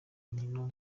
nkino